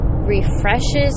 refreshes